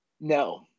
no